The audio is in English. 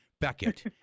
Beckett